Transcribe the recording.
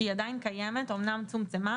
שעדיין קיימת ואומנם צומצמה,